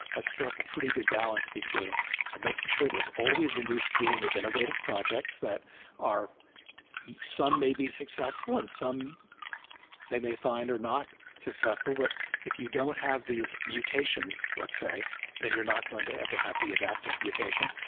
has struck a pretty good balance between making sure there's always a new stream of innovative projects that are some may be successful in some they may find are not successful. but if you don't have these mutations, let's say then you're not going to ever have the adaptive mutation.